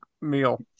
meal